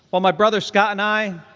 um my brother scott and i,